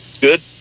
good